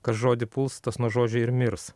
kas žodį puls tas nuo žodžio ir mirs